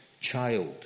child